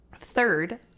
third